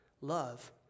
Love